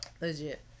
Legit